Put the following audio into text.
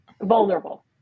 vulnerable